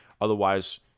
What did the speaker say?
Otherwise